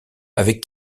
avec